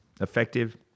effective